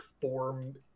form